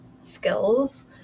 skills